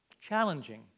challenging